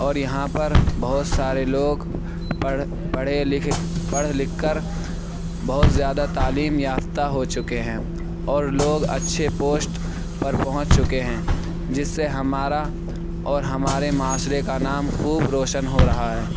اور یہاں پر بہت سارے لوگ پڑھ پڑھے لکھے پڑھ لکھ کر بہت زیادہ تعلیم یافتہ ہو چکے ہیں اور لوگ اچھے پوسٹ پر پہنچ چکے ہیں جس سے ہمارا اور ہمارے معاشرے کا نام خوب روشن ہو رہا ہے